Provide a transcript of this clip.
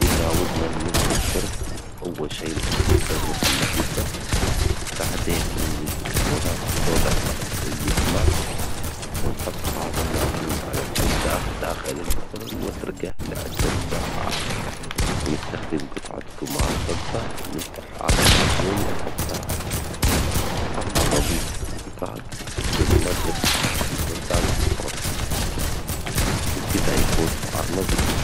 إذا ودنا ننظف فرن، أول شي نطفي الفرن ونخليه يبرد، بعدين نمزج بيكربونات الصودا مع شوية ماء، ونحط هذا المعجون على الأوساخ داخل الفرن ونتركه لعدة ساعات، نستخدم جطعة جماش رطبة نمسح هذا المعجون والأوساخ، أما تنظيف الزجاج، نستخدم منظف خاص للزجاج بالفرن، وبكذا يكون الفرن نظيف.